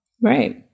Right